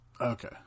Okay